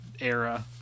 era